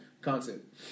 Content